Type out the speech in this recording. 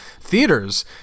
theaters